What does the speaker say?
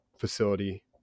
facility